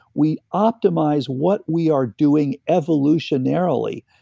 we optimize what we are doing evolutionarily,